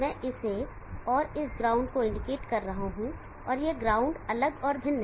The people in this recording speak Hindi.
मैं इसे और इस ग्राउंड को इंडिकेट कर रहा हूं और यह ग्राउंड अलग और भिन्न है